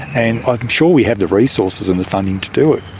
and i'm sure we have the resources and the funding to do it.